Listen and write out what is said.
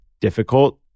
difficult